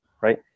Right